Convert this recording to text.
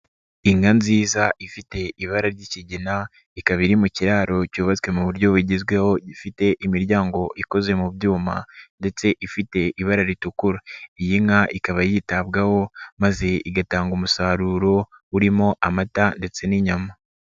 Inka nziza ifite ibara ry'ikigina, ikaba iri mu kiraro cyubatswe mu buryo bugezweho gifite imiryango ikoze mu byuma ndetse ifite ibara ritukura. Iyi nka ikaba yitabwaho maze igatanga umusaruro, urimo amata ndetse n'inyama.